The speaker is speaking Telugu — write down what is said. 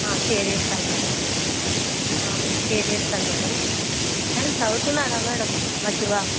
షేర్ చేస్తాను మ్యాడమ్ షేర్ చేస్తాను మ్యాడమ్ మ్యాడమ్ చదువుతున్నాడా మ్యాడమ్ మా శివ